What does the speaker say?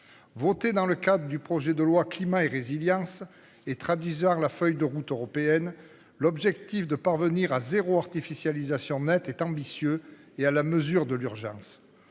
Voter dans le cadre du projet de loi climat et résilience et traduisent heures la feuille de route européenne. L'objectif de parvenir à zéro artificialisation nette est ambitieux et à la mesure de l'urgence.